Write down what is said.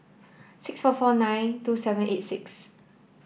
six four four nine two seven eight six